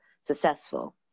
successful